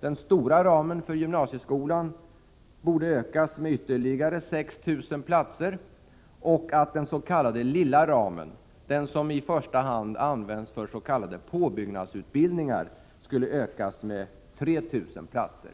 den stora ramen för gymnasieskolan ökas med ytterligare 6 000 platser och att den s.k. lilla ramen, den som i första hand används för s.k. påbyggnadsutbildningar, ökas med 3 000 platser.